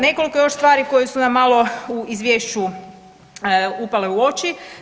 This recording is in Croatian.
Nekoliko još stvari koje su nam malo u Izvješću upale u oči.